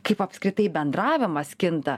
kaip apskritai bendravimas kinta